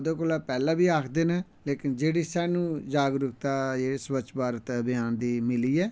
ओह्दै कोला पैह्लैं बी आखदे न जेह्ड़ी स्हानू जागरुकता स्वच्छ भारत आभियान दी मिली ऐ